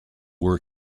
were